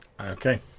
okay